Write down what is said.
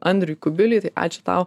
andriui kubiliui tai ačiū tau